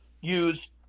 use